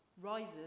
rises